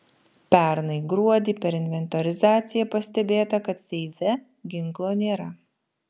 pernai gruodį per inventorizaciją pastebėta kad seife ginklo nėra